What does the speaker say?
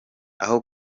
aho